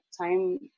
time